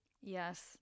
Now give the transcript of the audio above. Yes